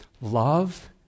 love